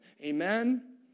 amen